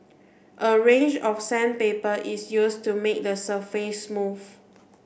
a range of sandpaper is used to make the surface smooth